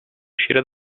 uscire